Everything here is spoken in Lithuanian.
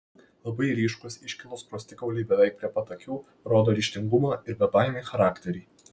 labai ryškūs iškilūs skruostikauliai beveik prie pat akių rodo ryžtingumą ir bebaimį charakterį